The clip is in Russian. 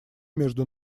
между